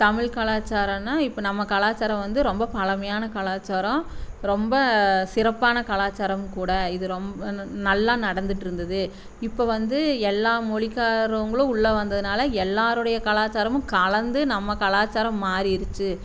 தமிழ் கலாச்சாரம்னா இப்போ நம்ம கலாச்சாரம் வந்து ரொம்ப பழமையான கலாச்சாரம் ரொம்ப சிறப்பான கலாச்சாரமும் கூட இது ரொம்ப நல்லா நடந்துட்டுருந்தது இப்போ வந்து எல்லா மொழிக்காரவுங்களும் உள்ளே வந்ததனால எல்லாருடைய கலாச்சாரமும் கலந்து நம்ம கலாச்சாரம் மாறிடுச்சி